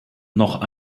noch